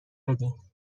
بدیم